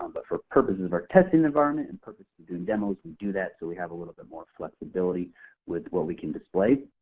um but for purposes of our testing environment, and purposes of doing demos, we do that so we have a little bit more flexibility with what we can display.